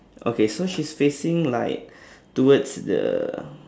okay so she's facing like towards the